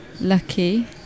lucky